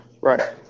Right